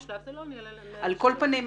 על כל פנים,